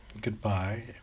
Goodbye